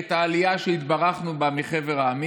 של מי שזוכר את העלייה שהתברכנו בה מחבר העמים,